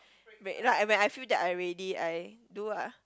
wait like when I feel that I'm ready I do ah